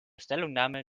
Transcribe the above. stellungnahme